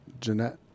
Jeanette